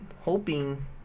hoping